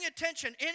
attention